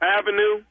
Avenue